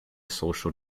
social